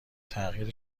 تغییر